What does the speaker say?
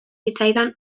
zitzaidan